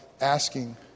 asking